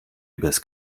übers